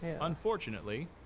Unfortunately